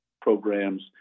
programs